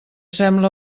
sembla